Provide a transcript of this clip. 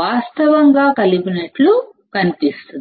virtual గా కలిపినట్లు కనిపిస్తోంది